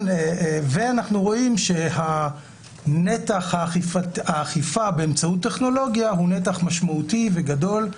ואנחנו רואים שנתח האכיפה באמצעות טכנולוגיה הוא נתח משמעותי וגדול,